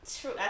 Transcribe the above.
True